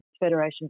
Federation